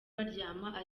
baryama